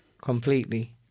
completely